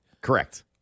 Correct